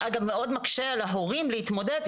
שאגב מאוד מקשה על הורים להתמודד.